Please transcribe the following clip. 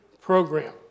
program